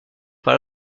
par